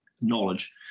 knowledge